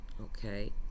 okay